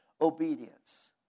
obedience